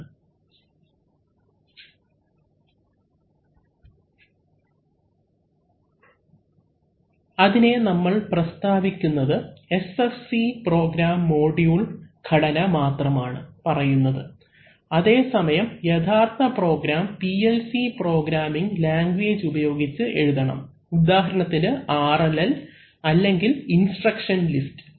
അവലംബിക്കുന്ന സ്ലൈഡ് സമയം 0448 അതിനെ നമ്മൾ പ്രസ്താവിക്കുന്നത് SFC പ്രോഗ്രാം മൊഡ്യൂൾ ഘടന മാത്രമാണ് പറയുന്നത് അതേസമയം യഥാർത്ഥ പ്രോഗ്രാം PLC പ്രോഗ്രാമിങ് ലാംഗ്വേജ് ഉപയോഗിച്ച് എഴുതണം ഉദാഹരണത്തിന് RLL അല്ലെങ്കിൽ ഇൻസ്ട്രക്ഷൻ ലിസ്റ്റ്